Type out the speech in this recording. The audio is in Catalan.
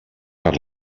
per